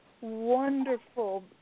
wonderful